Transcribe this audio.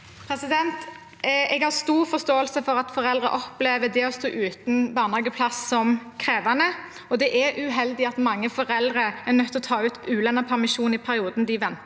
Jeg har stor forståelse for at foreldre opplever det å stå uten barnehageplass som krevende, og det er uheldig at mange foreldre er nødt til å ta ut ulønnet permisjon i perioden de venter